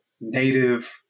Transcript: native